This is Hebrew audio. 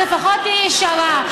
אז לפחות תהיי ישרה.